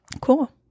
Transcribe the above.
Cool